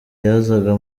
yazaga